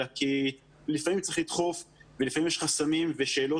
אלא כי לפעמים צריך לדחוף ולפעמים יש חסמים ושאלות,